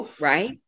Right